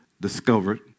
discovered